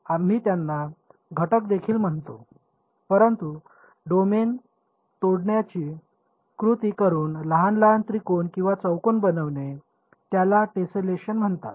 आम्ही त्यांना घटक देखील म्हणतो परंतु डोमेन तोडण्याची कृती करून लहान लहान त्रिकोण किंवा चौरस बनवणे त्याला टेसेलेशन म्हणतात